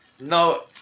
No